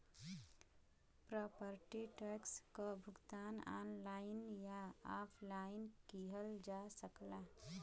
property tax क भुगतान online या ऑफलाइन किहल जा सकला